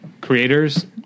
creators